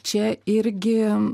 čia irgi